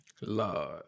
Lord